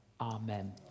amen